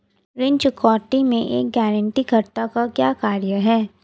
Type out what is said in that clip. ऋण चुकौती में एक गारंटीकर्ता का क्या कार्य है?